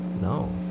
No